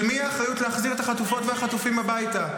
של מי האחריות להחזיר את החטופות והחטופות הביתה?